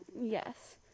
Yes